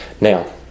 Now